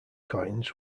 coins